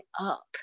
up